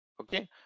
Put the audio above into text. okay